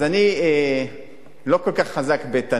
אז אני לא כל כך חזק בתנ"ך,